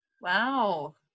Wow